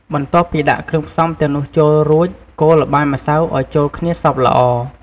បន្ទាប់់ពីដាក់គ្រឿងផ្សំទាំងនោះចូលរួច កូរល្បាយម្សៅឱ្យចូលគ្នាសព្វល្អ។